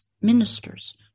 ministers